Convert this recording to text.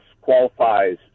qualifies